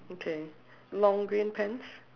okay long green pants